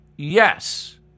yes